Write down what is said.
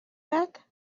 back